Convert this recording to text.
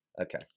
Okay